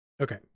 Okay